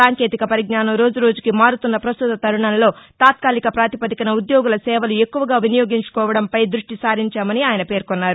సాంకేతిక పరిజ్ఞానం రోజురోజుకీ మారుతున్నపస్తుత తరుణంలో తాత్కాలిక ప్రాతివదికన ఉద్యోగుల సేవలు ఎక్కువగా వినియోగించుకోవడంపై దృష్టి సారించామని ఆయన పేర్కొన్నారు